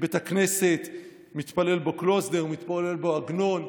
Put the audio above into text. בית כנסת שמתפלל בו קלוזנר, מתפלל בו עגנון.